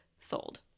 sold